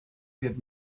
wird